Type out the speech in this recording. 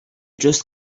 just